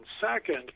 second